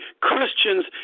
Christians